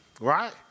right